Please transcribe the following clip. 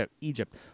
Egypt